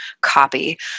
copy